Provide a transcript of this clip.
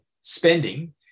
spending